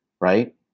right